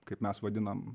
kaip mes vadinam